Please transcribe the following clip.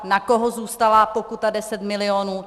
Na koho zůstala pokuta 10 milionů?